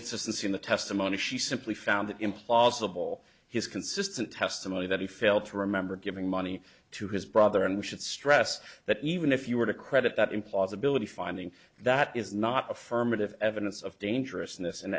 inconsistency in the testimony she simply found implausible his consistent testimony that he failed to remember giving money to his brother and we should stress that even if you were to credit that implausibility finding that is not affirmative evidence of dangerous